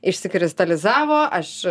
išsikristalizavo aš